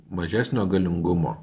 mažesnio galingumo